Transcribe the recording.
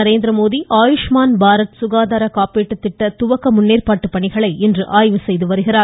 நரேந்திரமோடி ஆயுஷ்மான் பாரத் சுகாதார காப்பீட்டு தீட்டத் துவக்க முன்னேற்பாட்டு பணிகளை இன்று ஆய்வு செய்து வருகிறார்